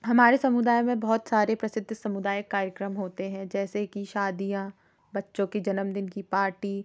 हमारे समुदाय में बहुत सारे प्रसिद्ध सामुदायिक कायक्रम होते हैं जैसे कि शादियाँ बच्चों कि जन्मदिन की पार्टी